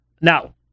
Now